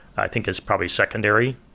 i think is probably secondary.